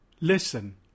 Listen